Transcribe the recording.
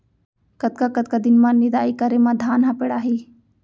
कतका कतका दिन म निदाई करे म धान ह पेड़ाही?